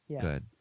Good